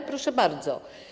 A proszę bardzo.